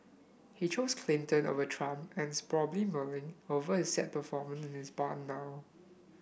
he chose Clinton over Trump and is probably mulling over his sad performance in his barn now